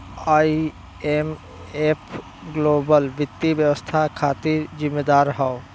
IMF global वित्तीय व्यवस्था खातिर जिम्मेदार हौ